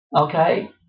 okay